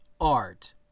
art